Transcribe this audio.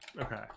Okay